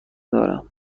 دارم